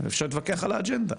אפשר להתווכח על האג'נדה,